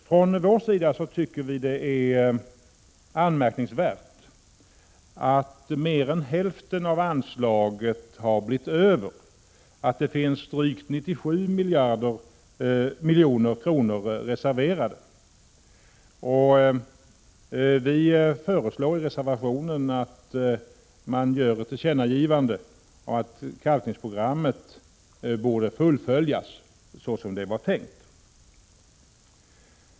Från vår sida tycker vi att det är anmärkningsvärt att mer än hälften av anslaget har blivit över, att det finns drygt 97 milj.kr. reserverade. Vi föreslår i reservation 5 att riksdagen gör ett tillkännagivande om att kalkningsprogrammet skall fullföljas så som det var tänkt.